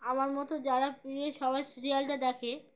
আমার মতো যারা প্রিয় সবাই সিরিয়ালটা দেখে